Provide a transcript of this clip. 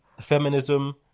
feminism